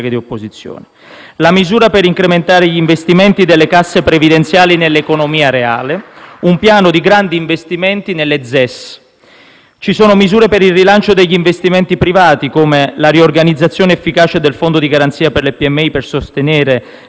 e L-SP-PSd'Az).* La misura per incrementare gli investimenti delle casse previdenziali nell'economia reale, un piano di grandi investimenti nelle ZES. Ci sono misure per il rilancio degli investimenti privati, come la riorganizzazione efficace del fondo di garanzia per le PMI per sostenere